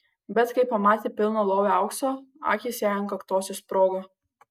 bet kai pamatė pilną lovį aukso akys jai ant kaktos išsprogo